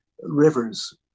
Rivers